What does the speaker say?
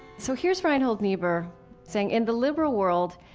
so here's reinhold niebuhr saying, in the liberal world,